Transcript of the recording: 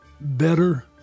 better